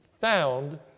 found